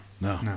no